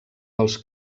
dels